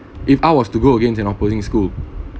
if I was to go against an opposing school